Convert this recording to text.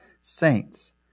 saints